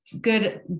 good